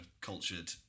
cultured